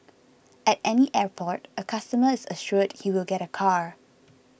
at any airport a customer is assured he will get a car